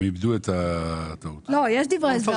ליבנו את הטעות הזאת.